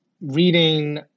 reading